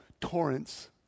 torrents